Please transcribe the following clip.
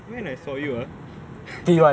when I saw you ah